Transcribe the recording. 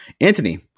Anthony